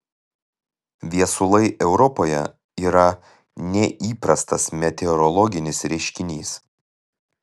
viesulai europoje yra neįprastas meteorologinis reiškinys